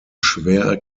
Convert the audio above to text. schwer